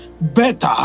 better